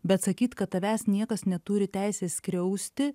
bet sakyt kad tavęs niekas neturi teisės skriausti